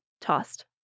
tossed